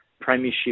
Premiership